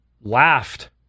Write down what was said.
laughed